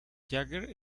jagger